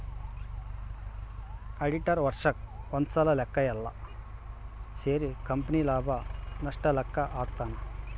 auditor ವರ್ಷಕ್ ಒಂದ್ಸಲ ಲೆಕ್ಕ ಯೆಲ್ಲ ಸೇರಿ ಕಂಪನಿ ಲಾಭ ನಷ್ಟ ಲೆಕ್ಕ ಹಾಕ್ತಾನ